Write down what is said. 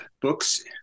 books